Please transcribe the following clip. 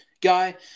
guy